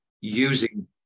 using